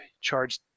charged